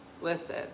Listen